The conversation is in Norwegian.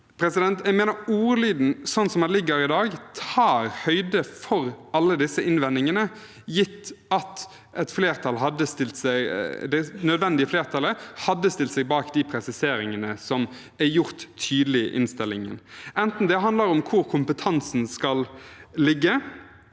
påpekninger. Jeg mener ordlyden som foreligger i dag, tar høyde for alle disse innvendingene, gitt at det nødvendige flertallet hadde stilt seg bak de presiseringene som er gjort tydelig i innstillingen, enten det handler om hvor kompetansen skal ligge,